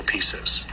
pieces